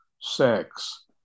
sex